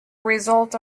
result